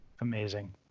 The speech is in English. Amazing